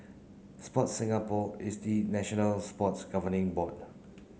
Sports Singapore is the national sports governing